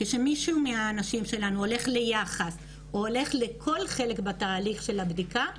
כאשר מישהו מהאנשים שלנו הולך ליאח"ס או הולך לכל חלק בתהליך של הבדיקה,